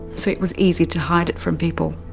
so it was easy to hide it from people?